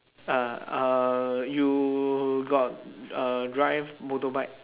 ah uh you got uh drive motorbike